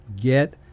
Get